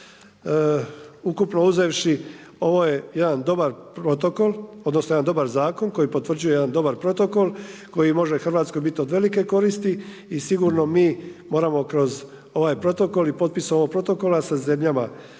ukupno uzevši ovo je jedan dobar protokol, odnosno jedan dobar zakon, koji potvrđuje jedan dobar protokol, koji može Hrvatskoj biti od velike koristi i sigurno mi moramo kroz ovaj protokol i potpis ovog protokola sa zemljama u našem